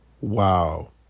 Wow